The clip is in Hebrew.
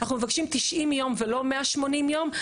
אנחנו מבקשים 90 יום ולא 180 יום.